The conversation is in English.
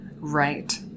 right